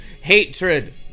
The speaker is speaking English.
hatred